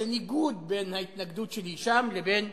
איזה ניגוד בין ההתנגדות שלי פה לבין